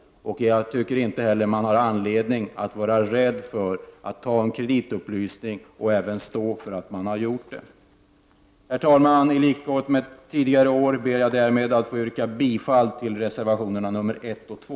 Jag tycker inte heller man har anledning att vara rädd därför att man har tagit en kreditupplysning. Man bör stå för att ha gjort det. Herr talman! I likhet med tidigare år ber jag därmed att få yrka bifall till reservationerna 1 och 2.